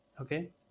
okay